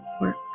work